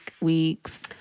weeks